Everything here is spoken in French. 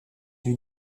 fut